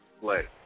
play